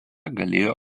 galėjo